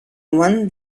one